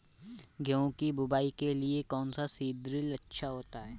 गेहूँ की बुवाई के लिए कौन सा सीद्रिल अच्छा होता है?